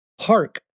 Hark